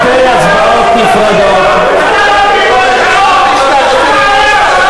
זהבה גלאון כבר ברחה מהצעקות, לא יכולה לשמוע.